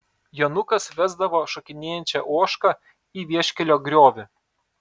jonukas vesdavo šokinėjančią ožką į vieškelio griovį